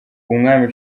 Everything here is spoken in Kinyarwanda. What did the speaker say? umwami